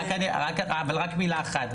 אבל רק מילה אחת,